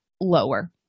lower